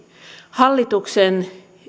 hallituksen